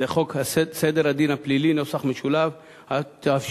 סדר הדין הפלילי (תיקון מס'